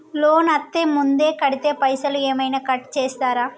Loan అత్తే ముందే కడితే పైసలు ఏమైనా కట్ చేస్తరా?